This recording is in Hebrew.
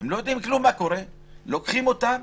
לוקחים אותם,